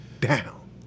down